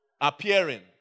Appearing